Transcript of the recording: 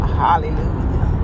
hallelujah